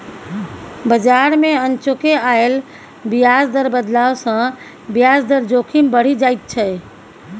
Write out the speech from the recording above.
बजार मे अनचोके आयल ब्याज दर बदलाव सँ ब्याज दर जोखिम बढ़ि जाइत छै